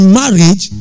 marriage